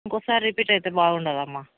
ఇంకోసారి రిపీట్ అయితే బగుండదు అమ్మ